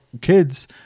kids